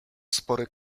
spory